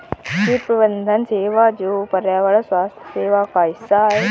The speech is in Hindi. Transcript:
कीट प्रबंधन सेवा जो पर्यावरण स्वास्थ्य सेवा का हिस्सा है